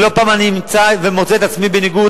ולא פעם אני מוצא את עצמי עומד בניגוד